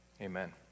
amen